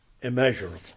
immeasurable